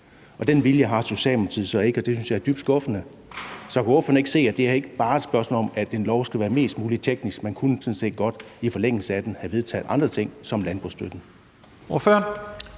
og den vilje har Socialdemokratiet så ikke, og det synes jeg er dybt skuffende. Så kan ordføreren ikke se, at det her ikke bare er et spørgsmål om, at en lov skal være så teknisk som muligt; man kunne sådan set godt i forlængelse af den have vedtaget andre ting som landbrugsstøtten.